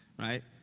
right?